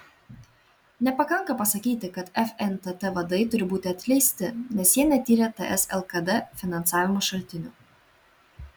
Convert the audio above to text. nepakanka pasakyti kad fntt vadai turi būti atleisti nes jie netyrė ts lkd finansavimo šaltinių